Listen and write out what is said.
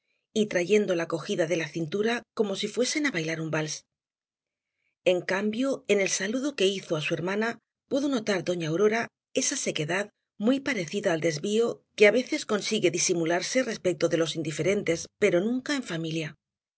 y trayéndola cogida de la cintura como si fuesen á bailar un vals en cambio en el saludo que hizo á su hermana pudo notar doña aurora esa sequedad muy parecida al desvío que á veces consigue disimularse respecto de los indiferentes pero nunca en familia